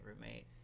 roommate